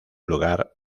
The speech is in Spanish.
lugar